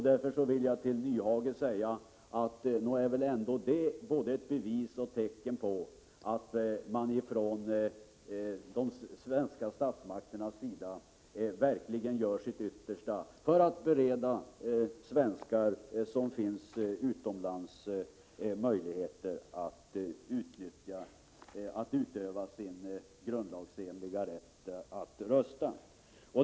Därför vill jag till Hans Nyhage säga att nog är väl det både ett bevis och ett tecken på att man från de svenska statsmakternas sida verkligen gör sitt yttersta för att bereda svenskar som finns utomlands möjlighet att utöva sin grundlagsenliga rätt att rösta.